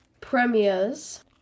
premieres